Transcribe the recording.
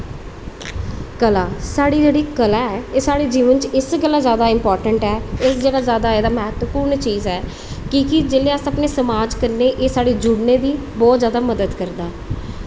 कला साढ़ी जेह्ड़ी कला ऐ एह् साढ़े जीवन च इस गल्ला इम्पार्टेंट ऐ इस गल्ला एह् महत्वपुर्ण चीज़ ऐ की जेल्लै अस अपने समाज कन्नै जुड़ने दी बहोत जादा मदद करदा ऐ